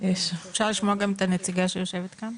אפשר לשמוע גם את הנציגה שיושבת כאן?